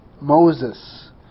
Moses